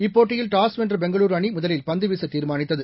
இப்பேட்டியில் toss வென்ற பெங்களூரு அணி முதலில் பந்துவீச தீர்மானித்தது